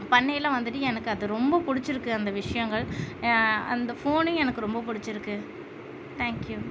பண்ணயில் வந்துட்டு எனக்கு அது ரொம்ப பிடிச்சிருக்கு அந்த விஷயங்கள் அந்த ஃபோனும் எனக்கு ரொம்ப பிடிச்சிருக்கு தேங்க்யூ